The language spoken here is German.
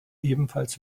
ebenfalls